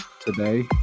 today